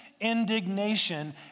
indignation